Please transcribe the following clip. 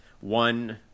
one